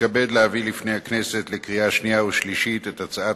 מתכבד להביא לפני הכנסת לקריאה שנייה ושלישית את הצעת